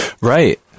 Right